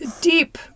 deep